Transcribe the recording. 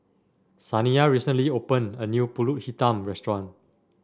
Saniyah recently opened a new pulut Hitam Restaurant